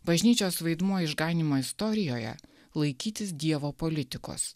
bažnyčios vaidmuo išganymo istorijoje laikytis dievo politikos